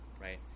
right